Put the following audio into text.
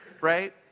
Right